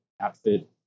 outfit